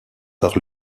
par